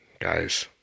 Guys